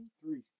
Three